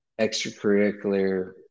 extracurricular